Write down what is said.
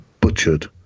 butchered